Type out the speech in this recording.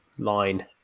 line